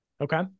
Okay